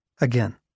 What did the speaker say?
Again